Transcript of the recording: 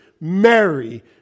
Mary